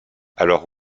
alors